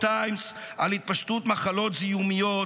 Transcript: טיימס על התפשטות מחלות זיהומיות,